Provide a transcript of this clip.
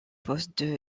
poste